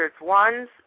one's